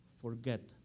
forget